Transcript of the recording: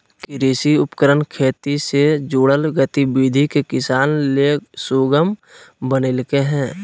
कृषि उपकरण खेती से जुड़ल गतिविधि के किसान ले सुगम बनइलके हें